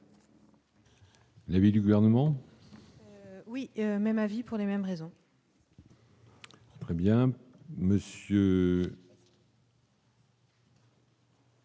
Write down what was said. L'avis du gouvernement. Oui, même avis pour les mêmes raisons. Très bien monsieur.